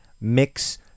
Mix